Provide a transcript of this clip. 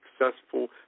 successful